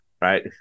right